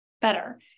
better